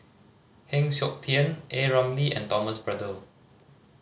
Heng Siok Tian A Ramli and Thomas Braddell